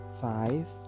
five